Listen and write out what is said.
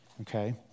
Okay